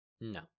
No